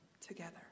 together